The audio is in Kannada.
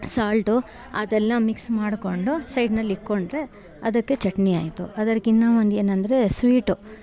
ಸಾಲ್ಟು ಅದೆಲ್ಲ ಮಿಕ್ಸ್ ಮಾಡ್ಕೊಂಡು ಸೈಡ್ನಲ್ಲಿ ಇಕ್ಕೊಂಡ್ರೆ ಅದಕ್ಕೆ ಚಟ್ನಿ ಆಯ್ತು ಅದರ್ಕಿನ್ನ ಒಂದು ಏನೆಂದ್ರೆ ಸ್ವೀಟು